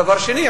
דבר שני,